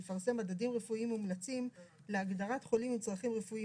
יפרסם מדדים רפואיים מומלצים להגדרת חולים עם צרכים רפואיים